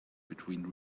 between